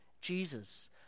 Jesus